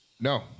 No